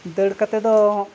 ᱫᱟᱹᱲ ᱠᱟᱛᱮ ᱫᱚ